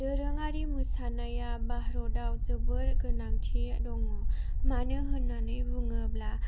दोरोंआरि मोसानाया भारताव जोबोद गोनांथि दङ मानो होननानै बुङोब्ला